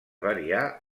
variar